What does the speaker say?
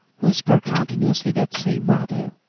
whisper continuously that same motto,